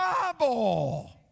Bible